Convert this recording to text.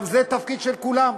זה התפקיד של כולם.